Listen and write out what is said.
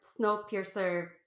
Snowpiercer